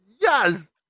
yes